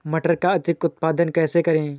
मटर का अधिक उत्पादन कैसे करें?